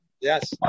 yes